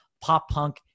pop-punk